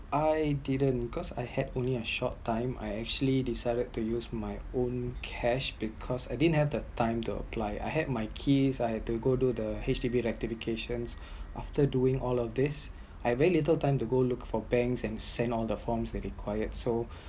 I didn’t because I had only a short time I actually decided to use my own cash because I didn’t have the time to apply I had my keys I‘ve to go do the HDB rectifications after doing all of these I very little time to go look for banks and send all the forms that required so